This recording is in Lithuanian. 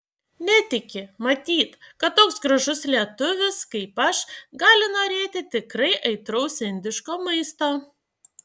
netiki matyt kad toks gražus lietuvis kaip aš gali norėti tikrai aitraus indiško maisto